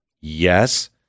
Yes